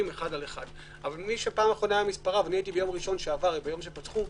על 1, אבל הייתי ביום ראשון, כשפתחו,